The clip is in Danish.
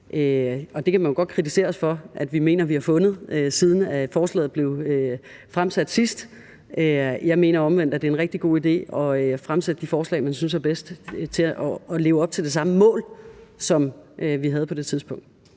Det kan man jo godt kritisere os for at vi mener at vi har fundet, siden forslaget blev fremsat sidst. Jeg mener omvendt, at det er en rigtig god idé at fremsætte de forslag, man synes er bedst til at leve op til det samme mål, som vi havde på det tidspunkt.